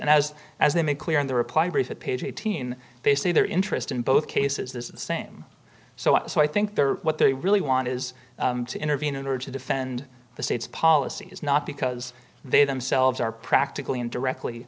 has as they make clear in their reply brief that page eighteen they see their interest in both cases the same so i think they're what they really want is to intervene in order to defend the state's policy is not because they themselves are practically in directly